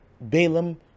Balaam